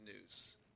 news